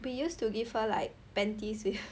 we use to give her like panties with